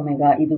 ωಇದು